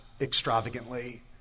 extravagantly